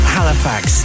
Halifax